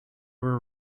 were